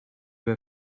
were